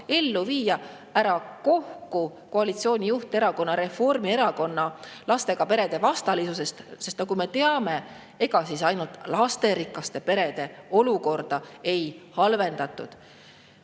ellu viia. Ära kohku koalitsiooni juhterakonna, Reformierakonna lastega perede vastalisusest. Me teame, et ega ainult lasterikaste perede olukorda ei halvendatud.